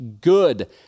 good